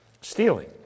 Stealing